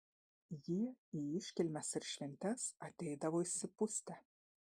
jie į iškilmes ir šventes ateidavo išsipustę